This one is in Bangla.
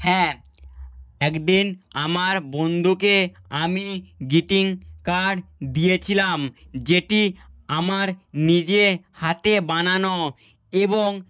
হ্যাঁ একদিন আমার বন্ধুকে আমি গ্রিটিং কার্ড দিয়েছিলাম যেটি আমার নিজে হাতে বানানো এবং